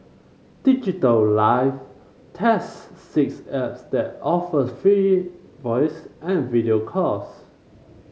Digital Life tests six apps that offer free voice and video calls